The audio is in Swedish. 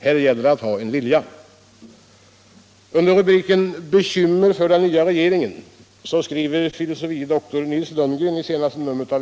Här gäller det att ha en vilja.